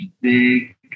big